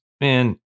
man